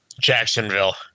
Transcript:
Jacksonville